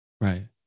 Right